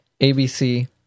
ABC